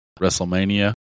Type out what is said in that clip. WrestleMania